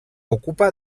ocupa